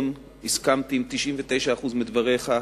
נכון, הסכמתי עם 99% מדבריך,